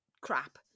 crap